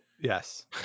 Yes